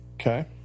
Okay